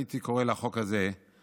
הייתי קורא לחוק הזה "החוק